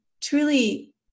truly